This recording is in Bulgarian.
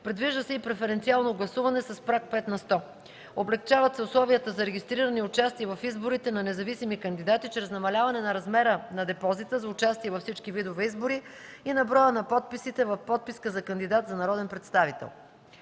Предвижда се и преференциално гласуване с праг 5 на сто. Облекчават се условията за регистриране и участие в изборите на независими кандидати чрез намаляване на размера на депозита за участие във всички видове избори и на броя на подписите в подписка за кандидат за народен представител.